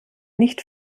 nicht